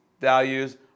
values